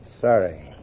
Sorry